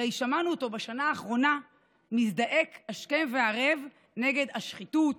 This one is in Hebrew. הרי שמענו אותו בשנה האחרונה מזדעק השכם והערב נגד השחיתות,